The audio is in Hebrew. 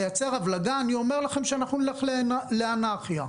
נייצר הבלגה, אנחנו נלך לאנרכיה.